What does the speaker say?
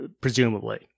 presumably